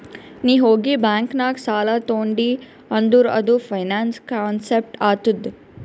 ನೀ ಹೋಗಿ ಬ್ಯಾಂಕ್ ನಾಗ್ ಸಾಲ ತೊಂಡಿ ಅಂದುರ್ ಅದು ಫೈನಾನ್ಸ್ ಕಾನ್ಸೆಪ್ಟ್ ಆತ್ತುದ್